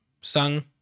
Sung